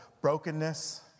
brokenness